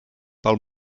pel